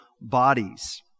bodies